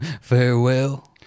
farewell